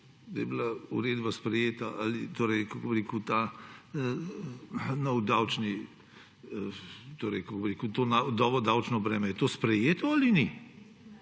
da je bila uredba sprejeta ali novo davčno breme, je to sprejeto ali ni.